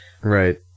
right